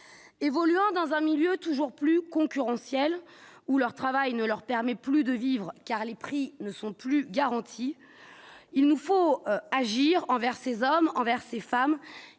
évoluant dans un milieu toujours plus concurrentiel ou leur travail ne leur permet plus de vivre car les prix ne sont plus garantis, il nous faut agir envers ces hommes envers ces femmes